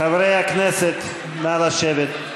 חברי הכנסת, נא לשבת.